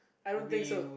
I don't think so